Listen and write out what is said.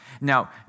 Now